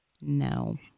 No